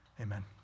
Amen